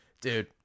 Dude